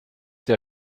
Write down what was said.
der